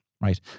Right